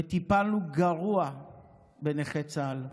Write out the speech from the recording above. וטיפלנו גרוע בנכי צה"ל.